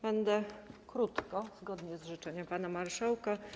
Będzie krótko, zgodnie z życzeniem pana marszałka.